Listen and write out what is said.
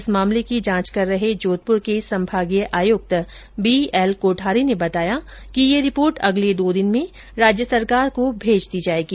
इस मामले की जांच कर रहे जोधपुर के संभागीय आयुक्त बी एल कोठारी ने बताया कि ये रिपोर्ट अगले दो दिन में राज्य सरकार को भेज दी जायेगी